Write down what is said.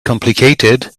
complicated